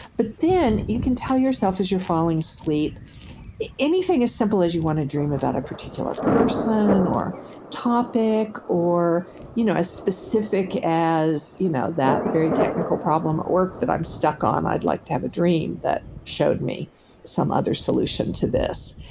but then, you can tell yourself as you're falling asleep anything as simple as you want to dream about a particular person, or topic, or you know as specific as you know that very technical problem at work that i'm stuck on, i'd like to have a dream that showed me some other solution to this.